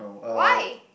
why